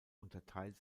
unterteilt